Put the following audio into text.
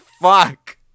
fuck